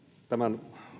tämän